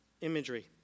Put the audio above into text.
imagery